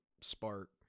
spark